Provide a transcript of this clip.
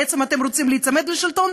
בעצם אתם רוצים להיצמד לשלטון,